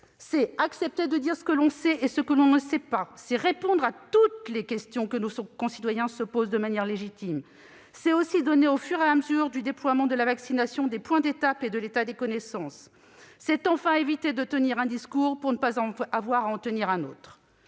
C'est accepter de dire ce que l'on sait et ce que l'on ne sait pas. C'est répondre à toutes les questions que nos concitoyens se posent de manière légitime. C'est aussi fournir, au fur et à mesure du déploiement de la vaccination, des points d'étapes de son avancement et de l'état des connaissances. C'est, enfin, éviter de tenir un discours pour ne pas avoir à tenir un autre.